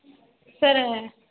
sir